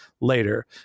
later